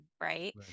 Right